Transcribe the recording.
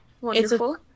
Wonderful